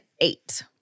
eight